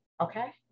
Okay